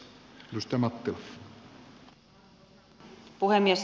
arvoisa puhemies